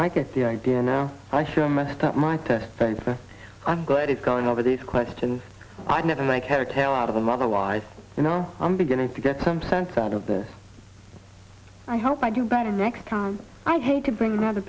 i get the idea now i sure messed up my test thanks i'm glad he's going over these questions i'd never make head or tail out of them otherwise you know i'm beginning to get some sense out of this i hope i do better next time i hate to bring o